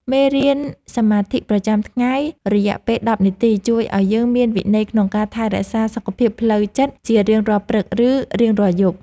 មេរៀនសមាធិប្រចាំថ្ងៃរយៈពេលដប់នាទីជួយឱ្យយើងមានវិន័យក្នុងការថែរក្សាសុខភាពផ្លូវចិត្តជារៀងរាល់ព្រឹក ឬ រៀងរាល់យប់។